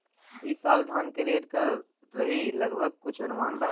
ई साल धान के रेट का रही लगभग कुछ अनुमान बा?